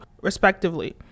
respectively